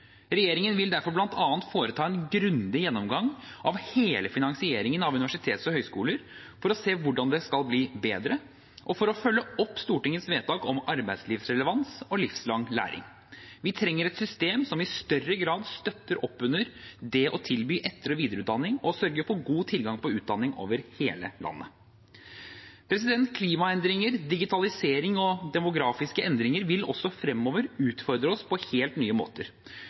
Regjeringen vil derfor bl.a. foreta en grundig gjennomgang av hele finansieringen av universiteter og høyskoler for å se hvordan det skal bli bedre, og for å følge opp Stortingets vedtak om arbeidslivsrelevans og livslang læring. Vi trenger et system som i større grad støtter opp under det å tilby etter- og videreutdanning, og sørger for god tilgang på utdanning over hele landet. Klimaendringer, digitalisering og demografiske endringer vil også fremover utfordre oss på helt nye måter.